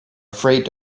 afraid